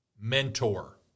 mentor